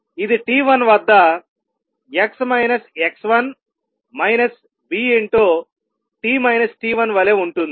ఇది t1 వద్ద v వలె ఉంటుంది